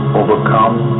overcome